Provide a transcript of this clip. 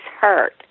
hurt